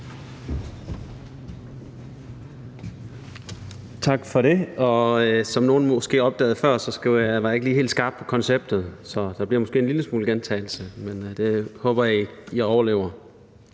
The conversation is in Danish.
Tak for det. Og som nogen måske opdagede før, så var jeg ikke lige helt skarp på konceptet, så der bliver måske en lille smule gentagelse, men det håber jeg I overlever.